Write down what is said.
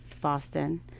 Boston